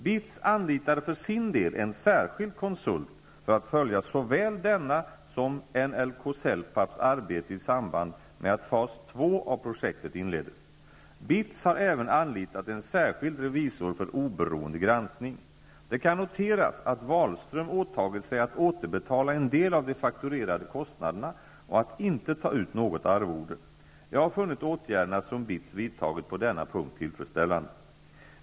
BITS anlitade för sin del en särskild konsult för att följa såväl denna som NLK-Celpaps arbete i samband med att fas 2 av projektet inleddes. BITS har även anlitat en särskild revisor för oberoende granskning. Det kan noteras att Wahlström åtagit sig att återbetala en del av de fakturerade konstnaderna och att inte ta ut något arvode. Jag har funnit åtgärderna som BITS vidtagit på denna punkt tillfredsställande.